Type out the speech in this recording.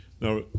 Now